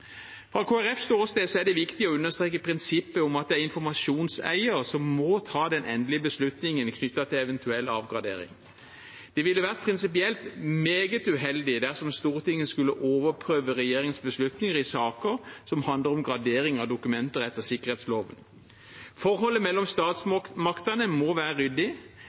Fra Kristelig Folkepartis ståsted er det viktig å understreke prinsippet om at det er informasjonseieren som må ta den endelige beslutningen knyttet til en eventuell avgradering. Det ville vært prinsipielt meget uheldig dersom Stortinget skulle overprøve regjeringens beslutninger i saker som handler om gradering av dokumenter etter sikkerhetsloven. Forholdet mellom statsmaktene må være ryddig.